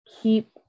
keep